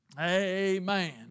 Amen